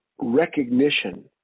recognition